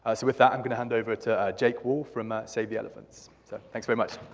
ah so with that, i'm going to hand over to jake wall from ah save the elephants. so thanks very much.